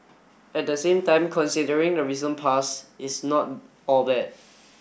at the same time considering the recent past it's not all bad